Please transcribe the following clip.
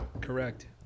Correct